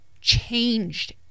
changed